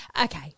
Okay